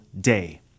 day